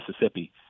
Mississippi